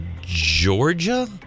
Georgia